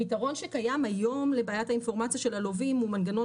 הפתרון שקיים היום לבעיית האינפורמציה של הלווים הוא מנגנון